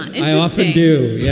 i often do. yeah